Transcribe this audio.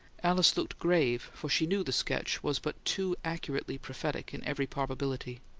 alice looked grave for she knew the sketch was but too accurately prophetic in every probability.